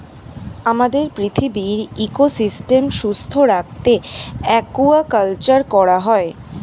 আমাদের পৃথিবীর ইকোসিস্টেম সুস্থ রাখতে অ্য়াকুয়াকালচার করা হয়